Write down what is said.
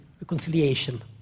reconciliation